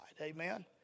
Amen